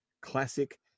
classic